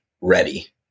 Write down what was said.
ready